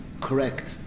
Correct